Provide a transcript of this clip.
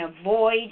avoid